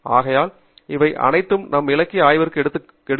ஆகையால் இவை அனைத்தும் நம் இலக்கிய ஆய்வுக்காக எடுக்கும்